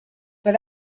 but